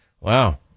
Wow